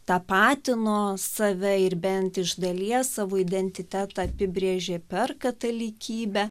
tapatino save ir bent iš dalies savo identitetą apibrėžė per katalikybę